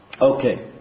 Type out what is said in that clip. Okay